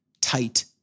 tight